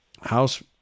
House